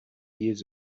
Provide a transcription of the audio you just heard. years